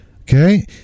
Okay